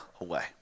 away